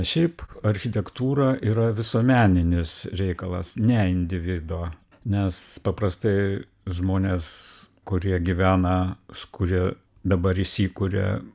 šiaip architektūra yra visuomeninis reikalas ne individo nes paprastai žmonės kurie gyvena s kurie dabar įsikuria